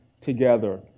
together